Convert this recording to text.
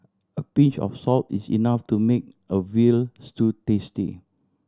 a pinch of salt is enough to make a veal stew tasty